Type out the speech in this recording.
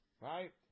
right